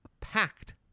packed